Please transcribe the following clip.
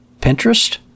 Pinterest